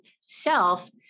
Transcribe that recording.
self